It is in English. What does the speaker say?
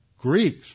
Greeks